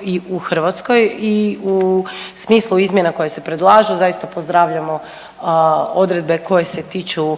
i u Hrvatskoj i u smislu izmjena koje se predlažu zaista pozdravljamo odredbe koje se tiču